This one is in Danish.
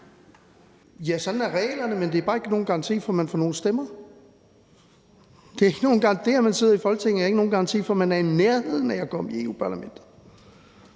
Ja, sådan er reglerne, men det er bare ikke nogen garanti for, at man får nogen stemmer. Det, at man sidder i Folketinget, er ikke nogen garanti for, at man er i nærheden af at komme i Europa-Parlamentet.